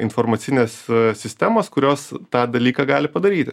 informacinės sistemos kurios tą dalyką gali padaryti